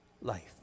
life